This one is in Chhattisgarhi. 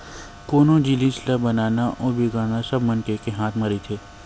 कोनो जिनिस ल बनाना अउ बिगाड़ना सब मनखे के हाथ म रहिथे